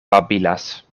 babilas